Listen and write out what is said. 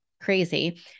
crazy